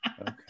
Okay